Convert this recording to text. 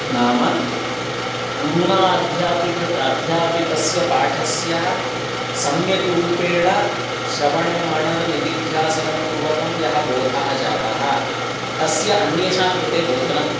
नाम गुरुणा अध्यापिठ अध्यापितस्य पाठस्य सम्यक् रूपेण श्रवणमनणनिधिध्यासनपूर्वकं यः बोधः जातः तस्य अन्येषां कृते बोधनं